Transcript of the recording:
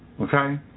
okay